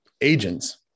agents